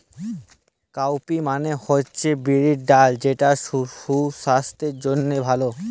cowpea মানে হচ্ছে বিরির ডাল যেটা সুসাস্থের জন্যে ভালো